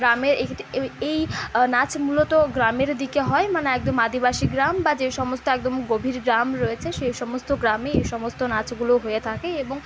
গ্রামের এইট এই এই নাচ মূলত গ্রামের দিকে হয় মানে একদম আদিবাসী গ্রাম বা যে সমস্ত একদম গভীর গ্রাম রয়েছে সেই সমস্ত গ্রামে এই সমস্ত নাচগুলো হয়ে থাকে এবং